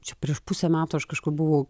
čia prieš pusę metų aš kažkur buvau